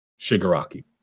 Shigaraki